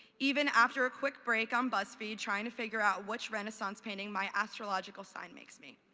even after a quick break on buzzfeed trying to figure out which renaissance painting my astrological sign makes me.